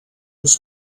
was